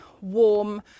warm